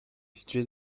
situé